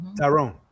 Tyrone